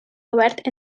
obert